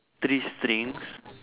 three strings